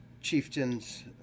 chieftains